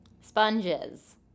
Sponges